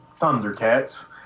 Thundercats